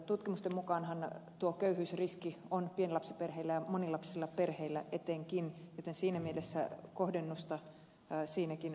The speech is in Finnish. tutkimusten mukaanhan tuo köyhyysriski on pienlapsiperheillä ja monilapsisilla perheillä etenkin joten siinä mielessä kohdennusta siinäkin on tehty